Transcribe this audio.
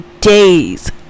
days